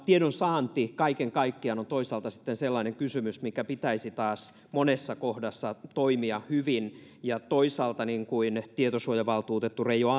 tiedonsaanti kaiken kaikkiaan on toisaalta sitten sellainen kysymys minkä pitäisi taas monessa kohdassa toimia hyvin ja toisaalta niin kuin tietosuojavaltuutettu reijo